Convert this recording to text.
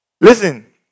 Listen